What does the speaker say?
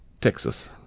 Texas